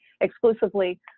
exclusively